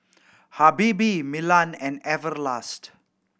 Habibie Milan and Everlast